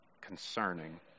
concerning